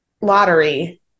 lottery